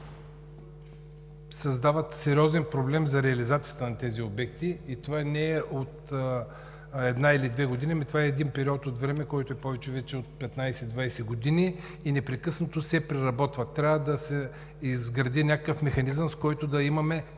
създават сериозен проблем за реализацията на тези обекти, и това не е от една или две години, а е от един период от време, който е повече от 15 – 20 години, и непрекъснато се преработват. Трябва да се изгради някакъв механизъм, с който да имаме